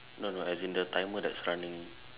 no no as in the timer that's running